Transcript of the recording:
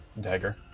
dagger